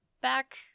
back